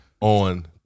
on